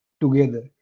together